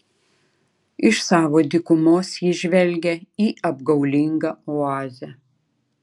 iš savo dykumos ji žvelgia į apgaulingą oazę